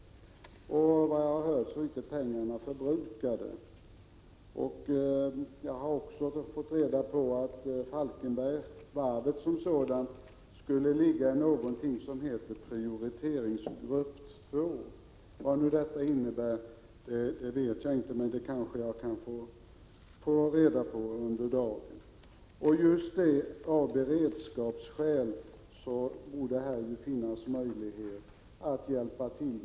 Enligt vad jag har hört är pengarna inte förbrukade, och jag har också fått reda på att varvet i Falkenberg skulle ligga i någonting som heter prioriteringsgrupp 2. Vad detta innebär vet jag inte, men jag kanske kan få reda på det under dagens debatt. Jag menar att just av beredskapsskäl borde det finnas möjlighet att hjälpa varvet.